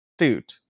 suit